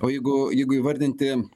o jeigu jeigu įvardinti